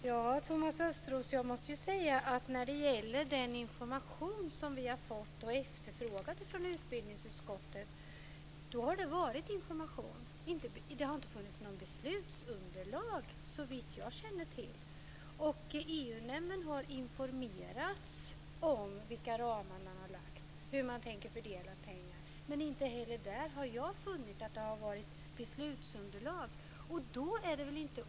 Fru talman! Vi har från utbildningsutskottets sida efterfrågat information, Thomas Östros. Det har, såvitt jag känner till, inte funnits något beslutsunderlag. EU-nämnden har informerats om vilka ramar som har lagts fast och hur pengarna ska fördelas, men inte heller där har jag funnit att det har varit fråga om beslutsunderlag.